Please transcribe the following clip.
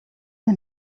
him